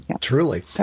Truly